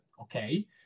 Okay